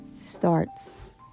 starts